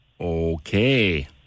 Okay